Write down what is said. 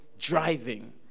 driving